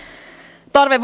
tarve